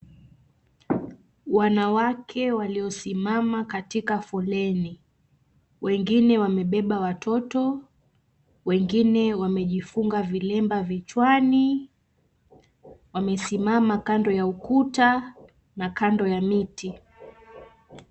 Wanawake waliosimama katika foleni, wengine wamebeba watoto, wengine wamejifunga vilemba vichwani, wamesimama kando ya ukuta na kando ya miti.